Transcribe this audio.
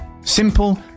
Simple